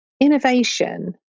innovation